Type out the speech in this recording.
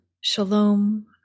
shalom